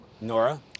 Nora